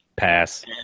Pass